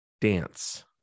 dance